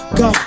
go